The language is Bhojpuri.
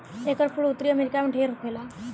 एकर फूल उत्तरी अमेरिका में ढेर होखेला